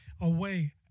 away